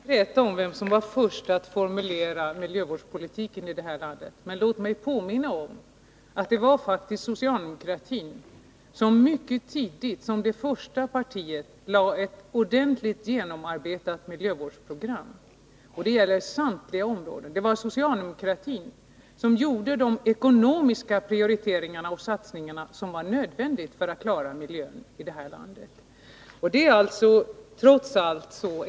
Herr talman! Vi skall inte träta om vem som var först med att formulera miljövårdspolitiken i det här landet, men låt mig påminna om att det faktiskt var socialdemokratin som mycket tidigt som det första partiet lade fram ett Nr 107 ordentligt genomarbetat miljövårdsprogram. Det gällde samtliga områden. Torsdagen den Det var socialdemokratin som gjorde de ekonomiska prioriteringar och 25 mars 1982 satsningar som var nödvändiga för att klara miljön i det här landet.